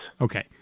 Okay